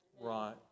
Right